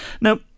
now